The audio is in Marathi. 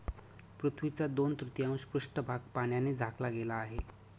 पृथ्वीचा दोन तृतीयांश पृष्ठभाग पाण्याने झाकला गेला आहे